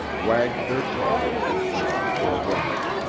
wagged their tails and went off for a romp.